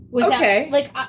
Okay